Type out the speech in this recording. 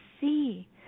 see